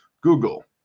Google